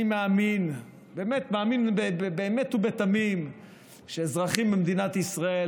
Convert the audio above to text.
אני מאמין באמת ובתמים שאזרחי מדינת ישראל,